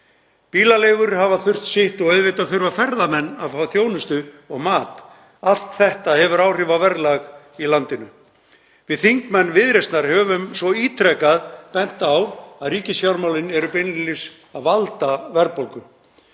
Bílaleigur hafa þurft sitt og auðvitað þurfa ferðamenn að fá þjónustu og mat. Allt þetta hefur áhrif á verðlag í landinu. Við þingmenn Viðreisnar höfum svo ítrekað bent á að ríkisfjármálin eru beinlínis að valda verðbólgu.